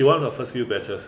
she one of the first few batches